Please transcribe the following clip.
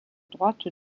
droite